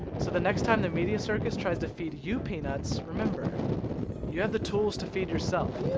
so the next time the media circus tries to feed you peanuts, remember you have the tools to feed yourself.